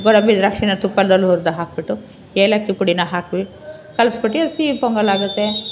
ಗೋಡಂಬಿ ದ್ರಾಕ್ಷಿನ ತುಪ್ಪದಲ್ಲಿ ಹುರ್ದು ಹಾಕಿಬಿಟ್ಟು ಏಲಕ್ಕಿ ಪುಡಿನ ಹಾಕಿ ಕಲಸ್ಬಿಟ್ಟಿ ಅದು ಸಿಹಿ ಪೊಂಗಲ್ ಆಗುತ್ತೆ